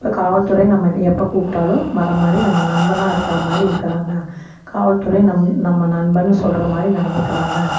அதுதான் காவல்துறை நம்ம எப்போ கூப்பிட்டாலும் வரமாதிரி நம்ம நண்பனாக இருக்கிறமாரி இருக்கிறாங்க காவல்துறை நம் நம்ம நண்பன்னு சொல்கிறமாரி நடந்துக்கிறாங்க